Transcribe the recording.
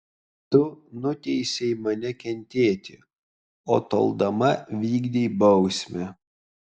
tu nuteisei mane kentėti o toldama vykdei bausmę